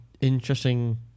Interesting